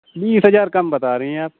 बीस हजार कम बता रही हैं आप